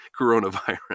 coronavirus